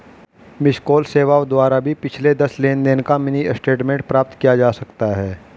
miss call सेवाओं द्वारा भी पिछले दस लेनदेन का मिनी स्टेटमेंट प्राप्त किया जा सकता है